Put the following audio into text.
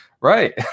Right